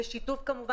כל מה